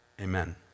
Amen